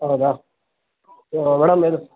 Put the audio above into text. ಹೌದಾ ಮೇಡಮ್ ಇದು